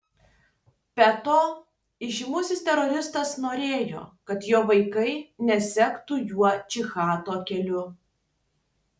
be to įžymusis teroristas norėjo kad jo vaikai nesektų juo džihado keliu